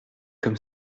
comme